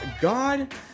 God